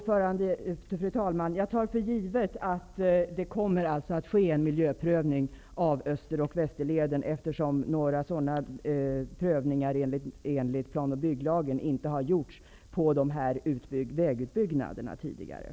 Fru talman! Jag tar alltså för givet att det kommer att ske en miljöprövning av Österleden och Västerleden, eftersom några prövningar enligt plan och bygglagen tidigare inte har gjorts av dessa vägutbyggnader.